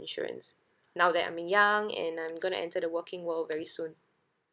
insurance now that I'm young and I'm going to enter the working world very soon